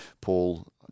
Paul